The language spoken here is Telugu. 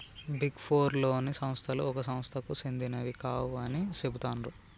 బిగ్ ఫోర్ లోని సంస్థలు ఒక సంస్థకు సెందినవి కావు అని చెబుతాండ్రు